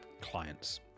clients